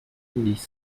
ließ